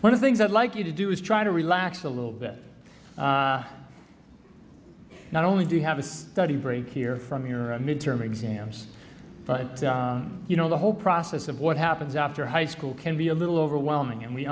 one of things i'd like you to do is try to relax a little bit not only do you have a study break here from your a midterm exams but you know the whole process of what happens after high school can be a little overwhelming and we